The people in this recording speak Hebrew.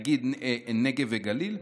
נגיד נגב וגליל?